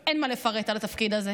אין מה לפרט על התפקיד הזה,